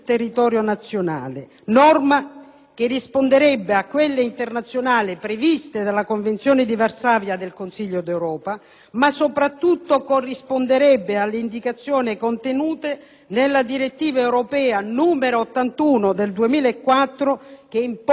risponderebbe a quelle internazionali previste dalla Convenzione di Varsavia del Consiglio d'Europa, ma soprattutto corrisponderebbe alle indicazioni contenute nella direttiva europea n. 81 del 2004 che impone l'accoglienza delle vittime della tratta,